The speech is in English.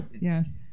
yes